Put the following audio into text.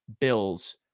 bills